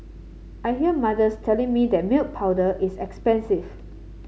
I hear mothers telling me that milk powder is expensive